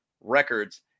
records